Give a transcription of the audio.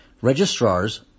Registrars